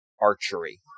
archery